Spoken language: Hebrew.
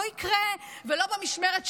זה לא יקרה, ולא במשמרת שלי,